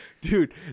dude